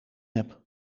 heb